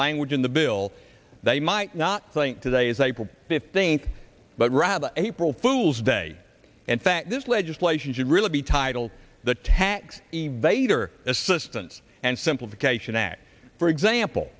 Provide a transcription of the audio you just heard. language in the bill they might not think today is april fifth think but rather april fools day and that this legislation should really be titled the tax evader assistance and simplification act for example